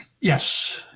Yes